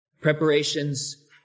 Preparations